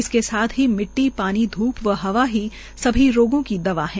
इसके साथ ही मिट्टी पानी ध्रप और हवा ही सभी रोगों की दवा है